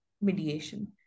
mediation